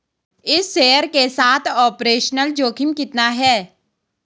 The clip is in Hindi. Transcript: इस शेयर के साथ ऑपरेशनल जोखिम कितना है?